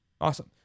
Awesome